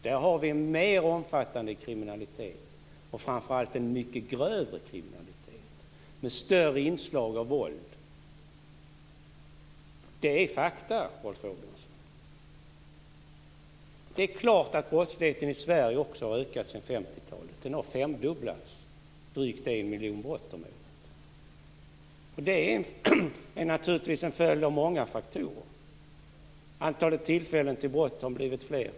Där har vi en mer omfattande och framför allt mycket grövre kriminalitet, med större anslag av våld. Detta är fakta, Rolf Åbjörnsson. Det är klart att brottsligheten också i Sverige har ökat sedan 50-talet. Den har femdubblats till drygt en miljon brott om året. Det är naturligtvis en följd av många faktorer. Antalet tillfällen till brott har blivit fler.